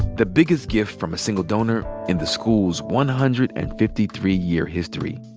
the biggest gift from a single donor in the school's one hundred and fifty three year history.